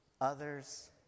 others